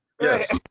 Yes